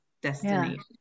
destination